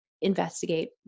investigate